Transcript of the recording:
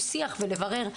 שיש ל'בטרם',